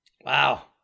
Wow